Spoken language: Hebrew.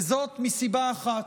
וזאת מסיבה אחת,